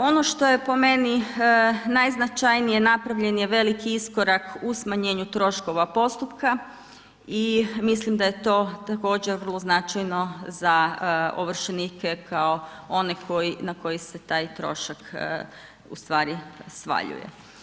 Ono što je po meni najznačajnije, napravljen je veliki iskorak u smanjenju troškova postupka i mislim da je to također vrlo značajno za ovršenike kao one na koji se taj trošak ustvari svaljuje.